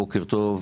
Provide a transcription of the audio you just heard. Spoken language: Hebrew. בוקר טוב,